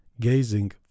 gazing